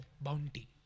bounty